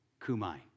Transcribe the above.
Kumai